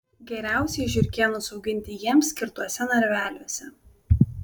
geriausiai žiurkėnus auginti jiems skirtuose narveliuose